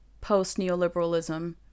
Post-neoliberalism